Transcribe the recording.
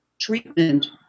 treatment